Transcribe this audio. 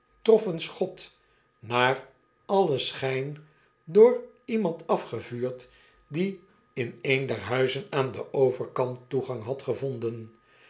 een schot naar alien schijn door iemand afgevuurd die in een der huizen aan den overkant toegang had gevonden